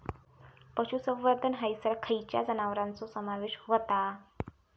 पशुसंवर्धन हैसर खैयच्या जनावरांचो समावेश व्हता?